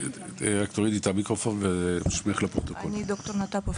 אני ד"ר נטפוב,